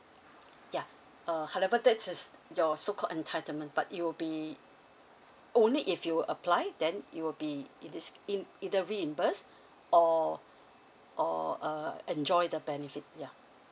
ya uh however that is your so called entitlement but it will be only if you apply then it will be it is in either reimburse or or uh enjoy the benefit ya